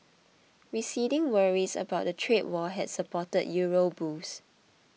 receding worries about a trade war had supported euro bulls